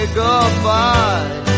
goodbye